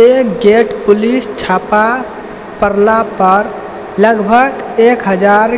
एक gate police छापा पड़लापर लगभग एक हजार